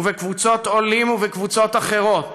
בקבוצות עולים ובקבוצות אחרות,